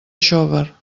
xóvar